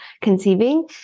conceiving